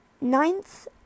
Ninth